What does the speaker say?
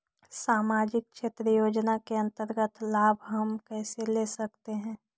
समाजिक क्षेत्र योजना के अंतर्गत लाभ हम कैसे ले सकतें हैं?